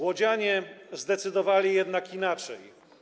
Łodzianie zdecydowali jednak inaczej.